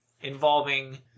involving